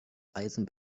eisen